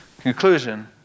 Conclusion